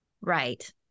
Right